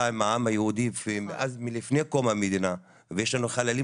עם העם היהודי עוד אז מלפני קום המדינה ויש לנו חללים